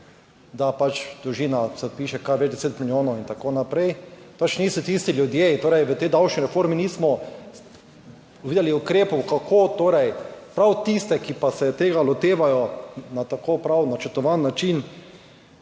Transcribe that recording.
da dolžina se odpiše, kar več deset milijonov in tako naprej, niso tisti ljudje, torej v tej davčni reformi nismo videli ukrepov, kako torej prav tiste, ki pa se tega lotevajo na tako prav načrtovan način,